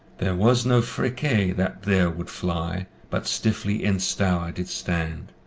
there was no freyke that there would fly, but stiffly in stour did stand,